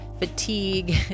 fatigue